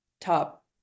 top